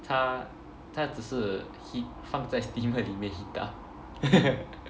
她她只是 he~ 放在 steamer 里面 heat up